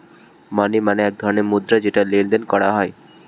মানি মানে এক ধরণের মুদ্রা যেটা লেনদেন করা হয়